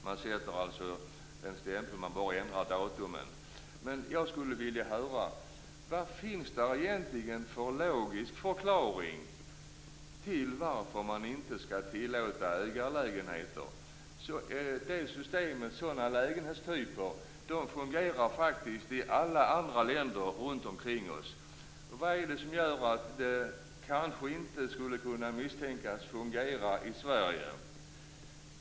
Man upprepar bara sitt avstyrkande. Jag skulle vilja höra vilken logisk förklaring man har till att inte tillåta ägarlägenheter. System med sådana lägenheter fungerar faktiskt i alla länder runt omkring oss. Vad är det som gör att detta skulle kunna misstänkas inte fungera i Sverige?